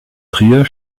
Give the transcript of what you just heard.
trier